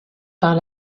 par